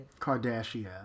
Kardashian